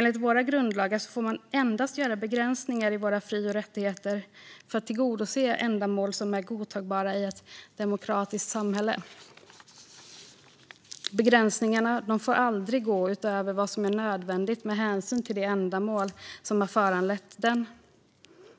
Enligt våra grundlagar får man endast göra begränsningar i våra fri och rättigheter för att tillgodose ändamål som är godtagbara i ett demokratiskt samhälle. Begränsningarna får aldrig gå utöver vad som är nödvändigt med hänsyn till det ändamål som har föranlett dem